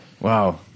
Wow